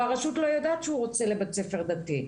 והרשות לא יודעת שהוא רוצה ללכת לבית ספר דתי.